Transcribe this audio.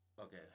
Okay